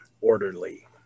orderly